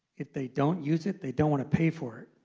if they don't use it, they don't want to pay for it.